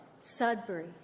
Sudbury